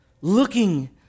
Looking